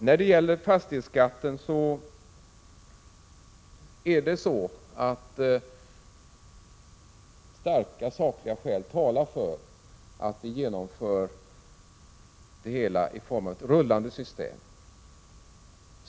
När det gäller fastighetsskatten är det så att starka sakliga skäl talar för att vi genomför det hela i form av ett rullande system.